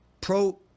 Pro